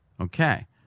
Okay